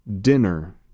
Dinner